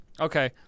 Okay